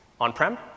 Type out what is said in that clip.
on-prem